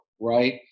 right